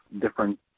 different